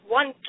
one